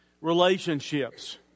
relationships